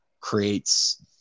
creates